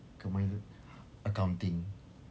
accounting